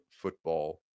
football